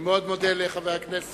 אני מאוד מודה לחבר הכנסת